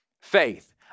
faith